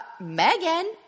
Megan